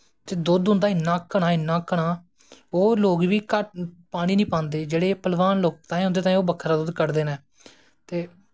दुध्द उंदा इन्नी घनां इन्नां घनां ओह् लोग बी पैानी नी पांदे जेह्ड़े पलवान लोग उंदे तांई ओह् बक्खरा दुध्द कडदे नै